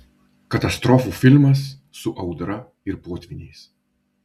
katastrofų filmas su audra ir potvyniais